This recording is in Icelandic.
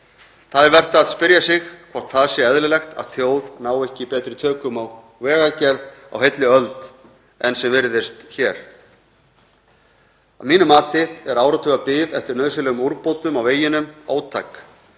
Það er vert að spyrja sig hvort það sé eðlilegt að þjóð nái ekki betri tökum á vegagerð á heilli öld en sem virðist hér. Að mínu mati er áratuga bið eftir nauðsynlegum úrbótum á veginum ótæk.